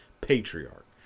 patriarch